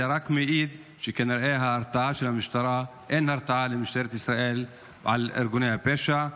זה רק מעיד שכנראה אין הרתעה של משטרת ישראל על ארגוני הפשע.